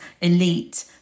elite